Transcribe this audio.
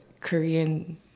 Korean